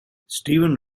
steven